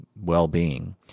well-being